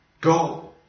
Go